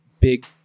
big